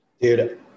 Dude